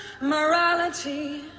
morality